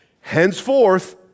Henceforth